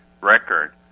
record